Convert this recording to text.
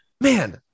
man